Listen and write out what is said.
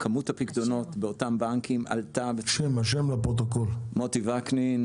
כמות הפקדונות באותם בנקים עלתה --- מוטי וקנין,